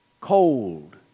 cold